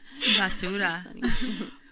Basura